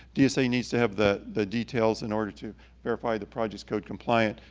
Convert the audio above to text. dsa needs to have the the details in order to verify the project's code compliant,